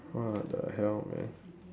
what the hell man